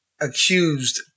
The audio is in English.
accused